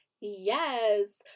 yes